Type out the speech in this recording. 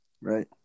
Right